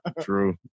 True